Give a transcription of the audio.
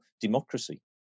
democracy